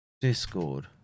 Discord